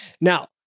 Now